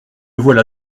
voilà